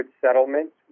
settlement